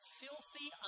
filthy